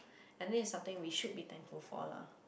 and then is something we should be thankful for lah